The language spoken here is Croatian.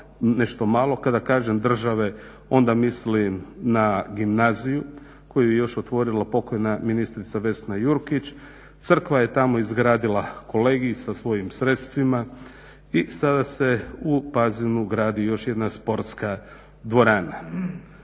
nešto malo. Kada kažem države onda mislim na gimnaziju koju je još otvorila pokojna ministrica Vesna Jurkić. Crkva je tamo izgradila kolegij sa svojim sredstvima i sada se u Pazinu gradi još jedna sportska dvorana.